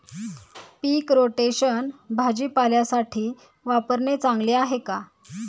पीक rotation भाजीपाल्यासाठी वापरणे चांगले आहे का?